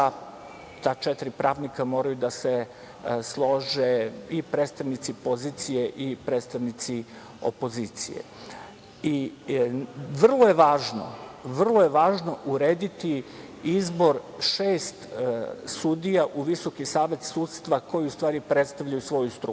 ta četiri pravnika moraju da se slože i predstavnici pozicije i predstavnici opozicije. Vrlo je važno urediti izbor šest sudija u Visoki savet sudstva koji u stvari predstavljaju svoju struku,